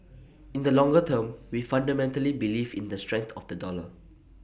in the longer term we fundamentally believe in the strength of the dollar